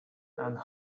and